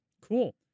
Cool